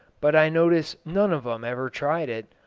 but i notice none of em ever tried it.